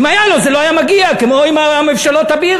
אם היה לו זה לא היה מגיע, כמו עם מבשלות הבירה.